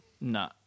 No